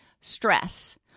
stress